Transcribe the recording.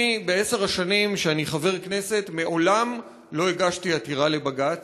בעשר השנים שבהן אני חבר הכנסת מעולם לא הגשתי עתירה לבג"ץ,